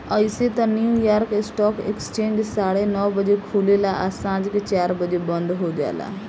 अइसे त New York stock exchange साढ़े नौ बजे खुलेला आ सांझ के चार बजे बंद हो जाला